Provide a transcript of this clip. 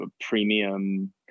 premium